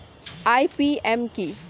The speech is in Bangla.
আই.পি.এম কি?